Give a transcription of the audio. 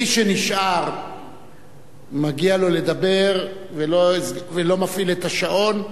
מי שנשאר מגיע לו לדבר ואני לא מפעיל את השעון.